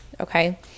okay